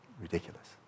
ridiculous